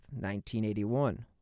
1981